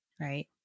right